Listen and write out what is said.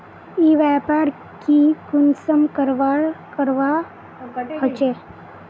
ई व्यापार की कुंसम करवार करवा होचे?